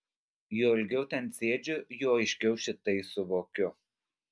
juo ilgiau ten sėdžiu juo aiškiau šitai suvokiu